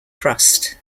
crust